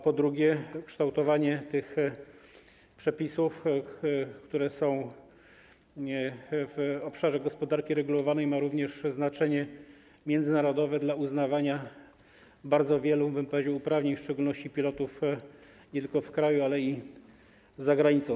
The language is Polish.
Po drugie, kształtowanie tych przepisów, które są w obszarze gospodarki regulowanej, ma również znaczenie międzynarodowe dla uznawania bardzo wielu uprawnień, w szczególności pilotów, nie tylko w kraju, ale i za granicą.